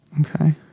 Okay